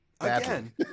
again